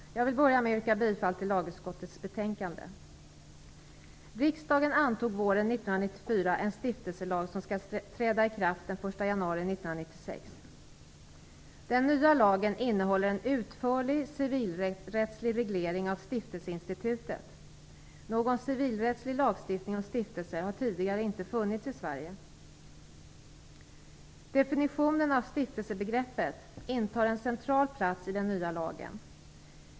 Jag vill börja med att yrka bifall till hemställan i lagutskottets betänkande. Riksdagen antog våren 1994 en stiftelselag som skall träda i kraft den 1 januari 1996. Den nya lagen innehåller en utförlig civilrättslig reglering av stiftelseinstitutet. Någon civilrättslig lagstiftning om stiftelser har tidigare inte funnits i Sverige. Definitionen av stiftelsebegreppet intar en central plats i den nya lagen.